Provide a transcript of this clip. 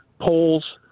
polls